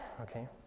Okay